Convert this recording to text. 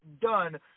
done